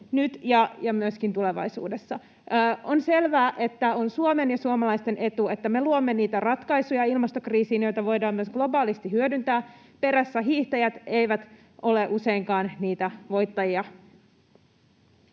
nyt ja myöskin tulevaisuudessa. On selvää, että on Suomen ja suomalaisten etu, että me luomme niitä ratkaisuja ilmastokriisiin, joita voidaan myös globaalisti hyödyntää. Perässähiihtäjät eivät ole useinkaan niitä voittajia.